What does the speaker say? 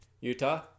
Utah